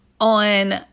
on